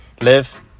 Live